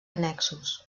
annexos